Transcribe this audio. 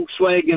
volkswagen